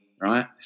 right